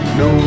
no